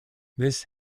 this